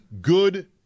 good